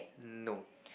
no